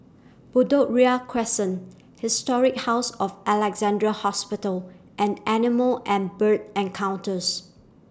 Bedok Ria Crescent Historic House of Alexandra Hospital and Animal and Bird Encounters